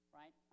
right